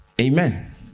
Amen